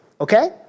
Okay